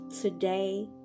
today